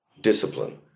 Discipline